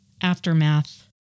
Aftermath